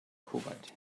kuwait